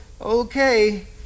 okay